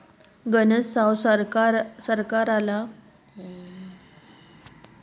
गनज साव सरकारले पुढल्या निवडणूका डोळ्यासमोर जिंकासाठे कर माफ करना पडस